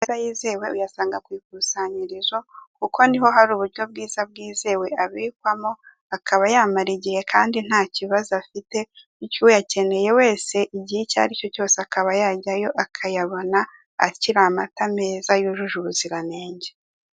Amata yizewe uyasanga ku ikusanyirizo kuko niho hari uburyo bwiza bwizewe abikwamo akaba yamara igihe kandi nta kibazo afite, bityo uyakeneye wese igihe icyo aricyo cyose akaba yajyayo akayabona akiri amata meza yujuje ubuziranenge.